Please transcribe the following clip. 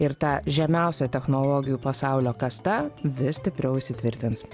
ir tą žemiausia technologijų pasaulio kasta vis stipriau įsitvirtins